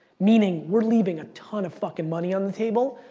meaning we're leaving a ton of fucking money on the table,